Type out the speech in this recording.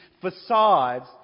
facades